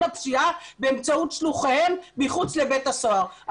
הפשיעה באמצעות שלוחיהם שנמצאים מחוץ לבית הסוהר.